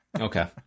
Okay